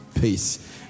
peace